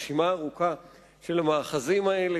רשימה ארוכה של המאחזים האלה,